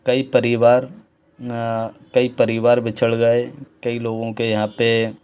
कई परिवार कई परिवार बिछड़ गये कई लोगों के यहाँ पे